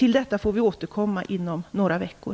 Till detta får vi återkomma inom några veckor.